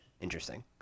Interesting